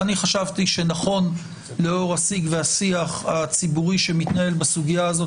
אני חשבתי שנדון לאור השיח והשיח הציבורי שמתנהל בסוגיה הזו